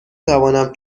توانم